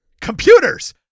Computers